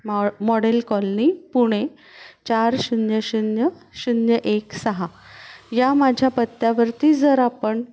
मॉ model colony Pune चार शून्य शून्य शून्य एक सहा या माझ्या पत्त्यावरती जर आपण